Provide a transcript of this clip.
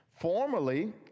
Formerly